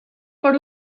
per